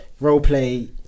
roleplay